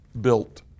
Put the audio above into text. built